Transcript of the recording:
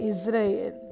Israel